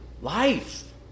Life